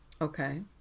Okay